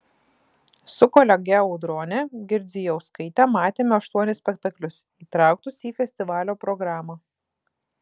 su kolege audrone girdzijauskaite matėme aštuonis spektaklius įtrauktus į festivalio programą